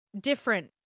different